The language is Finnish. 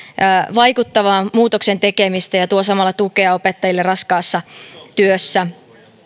vaikuttavaa muutoksen tekemistä ja tuo samalla tukea opettajille raskaassa työssä